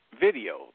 video